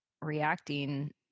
reacting